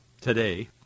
today